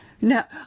now